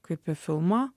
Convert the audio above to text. kaip į filmą